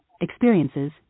experiences